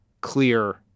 clear